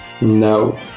No